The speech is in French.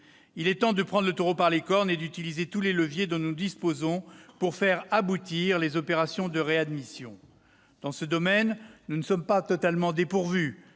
Il est temps de prendre le taureau par les cornes et d'utiliser tous les leviers dont nous disposons pour faire aboutir les opérations de réadmission. Dans ce domaine, nous ne sommes pas totalement dépourvus.